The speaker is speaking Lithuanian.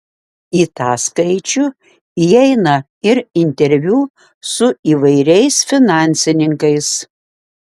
į tą skaičių įeina ir interviu su įvairiais finansininkais